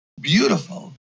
beautiful